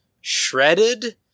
shredded